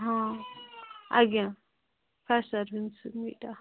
ହଁ ଆଜ୍ଞା ହଁ ସାର୍ ସର୍ଭିସିଙ୍ଗ୍ ଏଇଟା